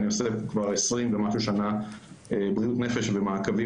ואני עושה כבר עשרים ומשהו שנה בריאות נפש ומעקבים